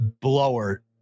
blower